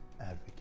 advocate